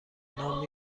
نان